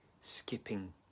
skipping